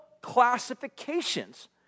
classifications